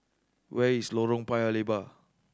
where is Lorong Paya Lebar